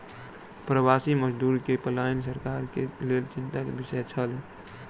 प्रवासी मजदूर के पलायन सरकार के लेल चिंता के विषय छल